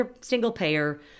single-payer